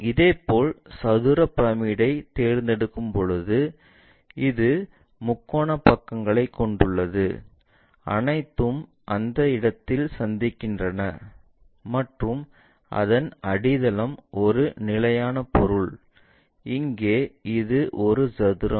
இதேபோல் சதுர பிரமிட்டைத் தேர்ந்தெடுப்போம் இது முக்கோண பக்கங்களை கொண்டுள்ளது அனைத்தும் அந்த இடத்தில் சந்திக்கின்றது மற்றும் அதன் அடித்தளம் ஒரு நிலையான பொருள் இங்கே இது ஒரு சதுரம்